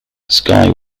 skye